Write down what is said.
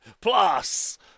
Plus